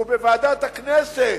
ובוועדת הכנסת,